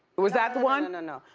was that the one? and no,